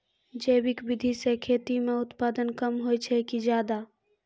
जैविक विधि से खेती म उत्पादन कम होय छै कि ज्यादा?